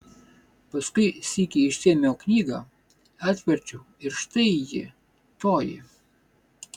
paskui sykį išsiėmiau knygą atverčiau ir štai ji toji